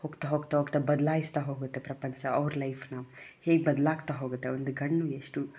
ಹೋಗ್ತಾ ಹೋಗ್ತಾ ಹೋಗ್ತಾ ಬದಲಾಗಿಸ್ತಾ ಹೋಗುತ್ತೆ ಪ್ರಪಂಚ ಅವ್ರ ಲೈಫನ್ನ ಹೇಗೆ ಬದಲಾಗ್ತಾ ಹೋಗುತ್ತೆ ಒಂದು ಗಂಡು ಎಷ್ಟು